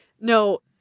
No